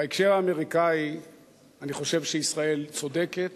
בהקשר האמריקני אני חושב שישראל צודקת,